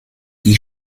die